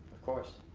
course.